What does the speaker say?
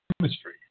chemistry